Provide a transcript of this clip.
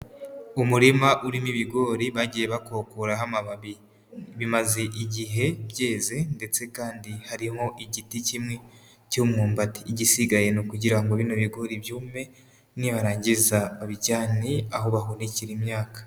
Umurima urimo ibigori bagiye bakokoraho amababi bimaze igihe byeze ndetse kandi harimo igiti kimwe cy'umwumbati, igisigaye ni ukugira ngo bino bigori byume nibarangiza babijyane aho bahunikira imyaka.